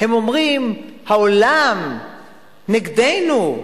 הם אומרים: העולם נגדנו,